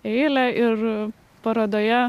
eilę ir parodoje